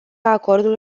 acordul